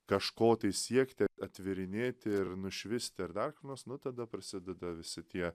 kažko tai siekti atverinėti ir nušvisti ir dar ką nors nu tada prasideda visi tie